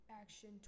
action